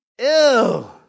ew